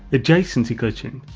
adjacency glitching.